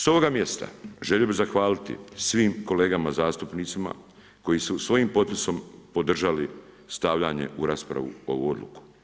S ovoga mjesta želio bi zahvaliti svim kolegama zastupnicima koji su svojim potpisom podržali stavljanje u raspravu ovu odluku.